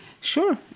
Sure